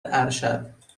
ارشد